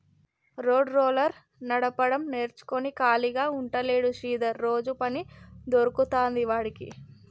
road roller నడపడం నేర్చుకుని ఖాళీగా ఉంటలేడు శ్రీధర్ రోజు పని దొరుకుతాంది వాడికి